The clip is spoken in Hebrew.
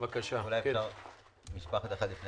לפני כן, משפט אחד.